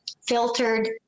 filtered